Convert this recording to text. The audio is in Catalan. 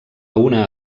una